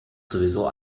sowieso